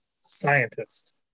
scientist